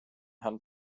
herrn